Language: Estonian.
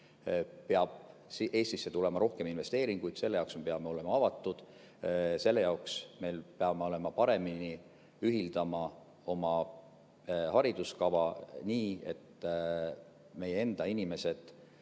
peab Eestisse tulema rohkem investeeringuid. Selle jaoks me peame olema avatud, selle jaoks me peame paremini ühildama oma hariduskava, nii et meie enda inimesed